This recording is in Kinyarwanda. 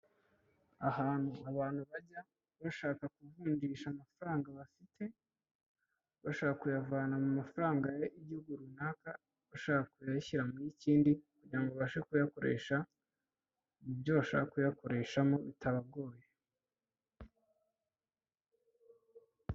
Ahantu abantu bajya bashaka kuvunjisha amafaranga bafite, bashaka kuyavana mu mafaranga y'igihugu runaka, bashaka kuyashyira mu y'ikindi kugira ngo babashe kuyakoresha mu byo bashaka kuyakoreshamo bitabagoye.